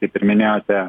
kaip ir minėjote